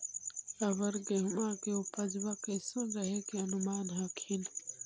अबर गेहुमा के उपजबा कैसन रहे के अनुमान हखिन?